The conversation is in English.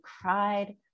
cried